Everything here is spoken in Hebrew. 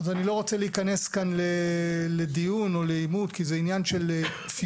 אז אני לא רוצה להיכנס כאן לדיון או לעימות כי זה עניין של תפיסה,